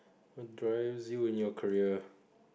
what drives you in your career